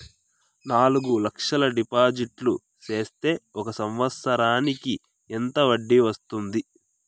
నాలుగు లక్షల డిపాజిట్లు సేస్తే ఒక సంవత్సరానికి ఎంత వడ్డీ వస్తుంది?